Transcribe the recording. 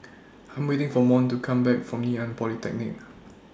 I'm waiting For Mont to Come Back from Ngee Ann Polytechnic